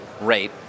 rate